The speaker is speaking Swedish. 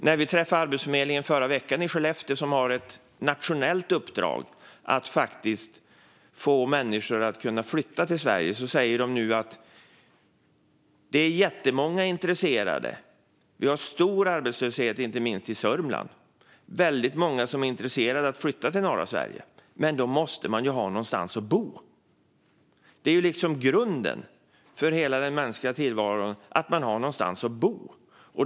Förra veckan träffade vi Arbetsförmedlingen i Skellefteå, som har ett nationellt uppdrag att få människor att kunna flytta till Sverige. De säger att det finns jättemånga som är intresserade. Arbetslösheten är stor inte minst i Sörmland, och väldigt många är intresserade av att flytta till norra Sverige. Men då måste man ju ha någonstans att bo. Grunden för hela den mänskliga tillvaron är att man har någonstans att bo.